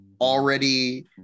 already